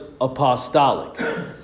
apostolic